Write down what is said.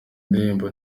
ndirimbo